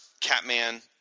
Catman